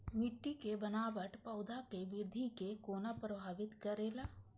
मिट्टी के बनावट पौधा के वृद्धि के कोना प्रभावित करेला?